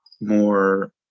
more